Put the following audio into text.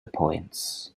points